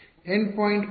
endpoint ಪದ